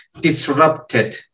disrupted